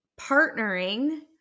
partnering